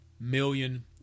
million